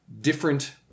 different